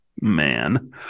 man